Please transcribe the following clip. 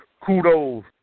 Kudos